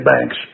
banks